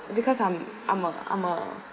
because I'm I'm a I'm a